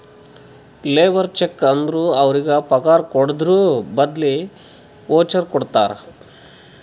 labour cheque ಅಂದುರ್ ಅವ್ರಿಗ ಪಗಾರ್ ಕೊಡದ್ರ್ ಬದ್ಲಿ ವೋಚರ್ ಕೊಡ್ತಾರ